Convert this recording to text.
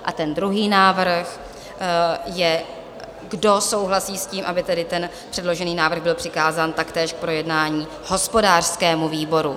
A ten druhý návrh je, kdo souhlasí s tím, aby předložený návrh byl přikázán taktéž k projednání hospodářskému výboru.